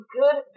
good